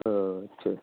اچھا اچھا